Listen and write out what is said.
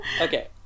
okay